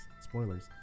Spoilers